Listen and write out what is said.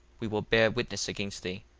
we will bear witness against thee,